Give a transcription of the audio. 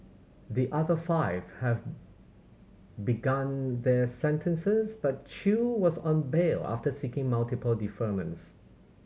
the other five have begun their sentences but Chew was on bail after seeking multiple deferments